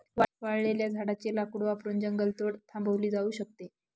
वाळलेल्या झाडाचे लाकूड वापरून जंगलतोड थांबवली जाऊ शकते